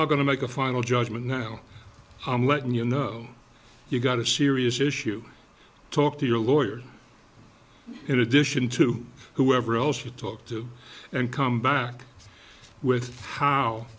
not going to make a final judgment now i'm letting you know you've got a serious issue talk to your lawyer in addition to whoever else you talk to and come back with how